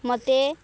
ମୋତେ